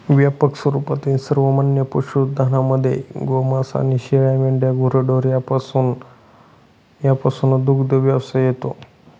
व्यापक स्वरूपातील सर्वमान्य पशुधनामध्ये गोमांस आणि शेळ्या, मेंढ्या व गुरेढोरे यापासूनचा दुग्धव्यवसाय येतो